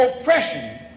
oppression